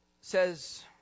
says